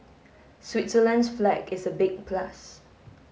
Switzerland's flag is a big plus